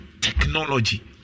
technology